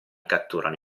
catturano